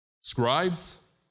scribes